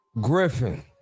Griffin